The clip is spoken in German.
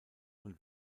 und